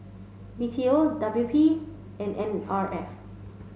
B T O W P and N R F